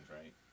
right